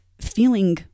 feeling